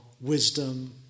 wisdom